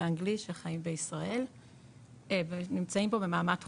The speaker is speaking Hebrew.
האנגלית שחיים בישראל ונמצאים פה במעמד חוקי.